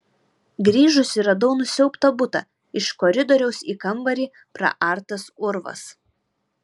grįžusi radau nusiaubtą butą iš koridoriaus į kambarį praartas urvas